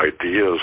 ideas